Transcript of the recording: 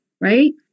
right